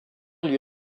lui